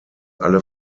alle